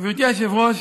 גברתי היושבת-ראש,